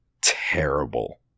terrible